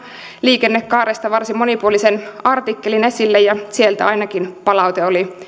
liikennekaaresta varsin monipuolisen artikkelin esille ja sieltä ainakin palaute oli